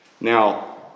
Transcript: Now